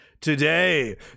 today